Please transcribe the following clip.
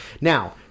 Now